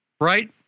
Right